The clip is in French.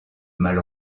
mal